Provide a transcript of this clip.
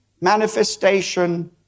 manifestation